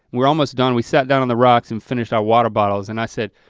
we're almost done, we sat down on the rocks and finished our water bottles and i said,